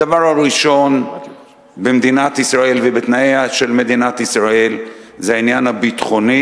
הדבר הראשון במדינת ישראל ובתנאיה של מדינת ישראל זה העניין הביטחוני,